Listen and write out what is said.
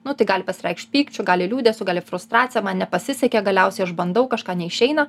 nu tai gali pasireikšt pykčiu gali liūdesiu gali frustracija man nepasisekė galiausiai aš bandau kažką neišeina